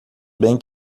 bem